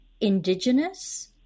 Indigenous